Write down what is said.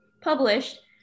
published